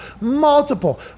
multiple